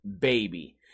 baby